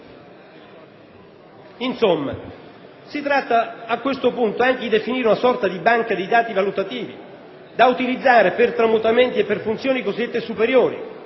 Insomma, si tratta a questo punto anche di definire una sorta di banca dei dati valutativi da utilizzare per tramutamenti e per funzioni cosiddette superiori,